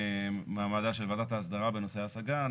מעמדה של ועדת ההסדרה בנושא ההשגה.